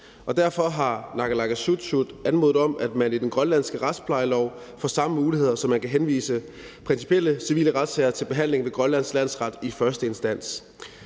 derfor har naalakkersuisut anmodet om, at man i den grønlandske retsplejelov får samme muligheder, så man kan henvise principielle civile retssager til behandling ved Grønlands Landsret i første instans.